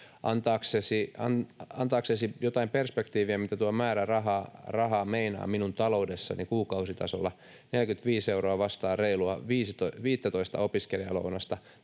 Antaakseni jotain perspektiiviä, mitä tuo määrä rahaa meinaa minun taloudessani kuukausitasolla: 45 euroa vastaa reilua 15:tä opiskelijalounasta